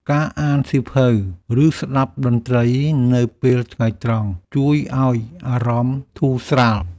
ការអានសៀវភៅ ឬស្តាប់តន្ត្រីនៅពេលថ្ងៃត្រង់ ជួយឱ្យអារម្មណ៍ធូរស្រាល។